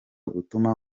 gutuma